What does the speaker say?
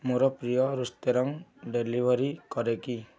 ମୋର ପ୍ରିୟ restaurant delivery କରେ କି